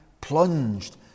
plunged